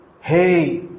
Hey